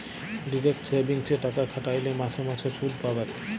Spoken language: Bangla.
ডিরেক্ট সেভিংসে টাকা খ্যাট্যাইলে মাসে মাসে সুদ পাবেক